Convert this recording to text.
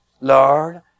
Lord